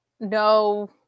No